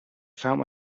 found